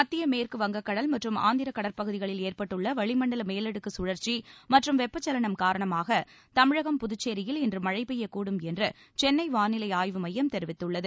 மத்திய மேற்கு வங்கக்கடல் மற்றும் ஆந்திரக் கடற்பகுதியில் ஏற்பட்டுள்ள வளிமண்டல மேலடுக்கு கழற்சி மற்றும் வெட்பச்சலனம் காரணமாக தமிழகம் புதுச்சேரியில் இன்று மழை பெய்யக்கூடும் என்று சென்னை வானிலை ஆய்வு மையம் தெரிவித்துள்ளது